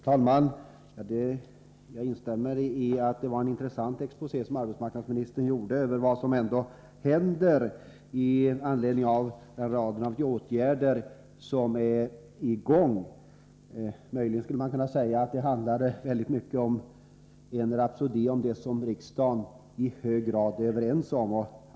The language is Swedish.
Herr talman! Jag håller med om att det var en intressant exposé som arbetsmarknadsministern gjorde över vad som händer med anledning av de åtgärder som är i gång. Möjligen skulle man kunna säga att det handlar väldigt mycket om en rapsodi som riksdagens ledamöter i hög grad är överens om.